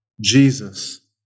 Jesus